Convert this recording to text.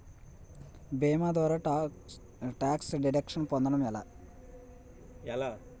భీమా ద్వారా tax deduction పొందటం ఎలా?